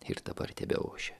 ir dabar tebeošia